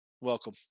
Welcome